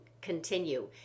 continue